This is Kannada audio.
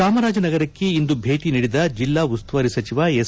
ಚಾಮರಾಜನಗರಕ್ಕೆ ಇಂದು ಭೇಟಿ ನೀಡಿದ ಜಿಲ್ಲಾ ಉಸ್ತುವಾರಿ ಸಚಿವ ಎಸ್